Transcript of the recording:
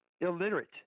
illiterate